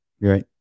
Right